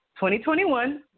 2021